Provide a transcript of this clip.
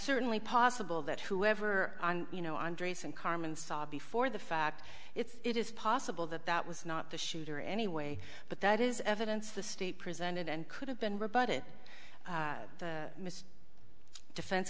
certainly possible that whoever you know andre's and carmen saw before the fact it's it is possible that that was not the shooter anyway but that is evidence the state presented and could have been rebutted mister defense